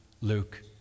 Luke